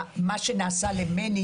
מה שנעשה למני